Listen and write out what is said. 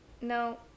No